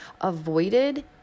avoided